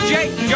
Jake